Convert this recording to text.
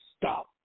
stop